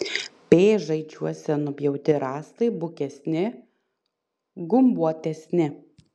pėžaičiuose nupjauti rąstai bukesni gumbuotesni